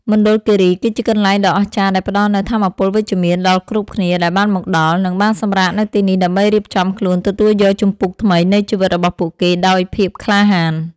មណ្ឌលគីរីគឺជាកន្លែងដ៏អស្ចារ្យដែលផ្តល់នូវថាមពលវិជ្ជមានដល់គ្រប់គ្នាដែលបានមកដល់ និង បានសម្រាកនៅទីនេះដើម្បីរៀបចំខ្លួនទទួលយកជំពូកថ្មីនៃជីវិតរបស់ពួកគេដោយភាពក្លាហាន។